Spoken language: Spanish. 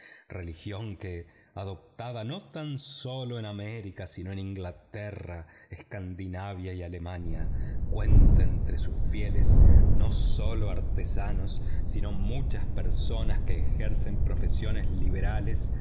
religión que adoptada no tan sólo en américa sino en inglateffa escandinavia y alemania cuenta entre sus fieles no sólo artesanos sino muchas personas que ejercen profesiones liberales